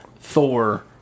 Thor